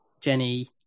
jenny